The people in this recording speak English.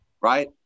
right